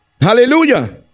Hallelujah